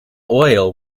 oil